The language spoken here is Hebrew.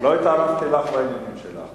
לא התערבתי לך בעניינים שלך.